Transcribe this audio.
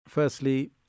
Firstly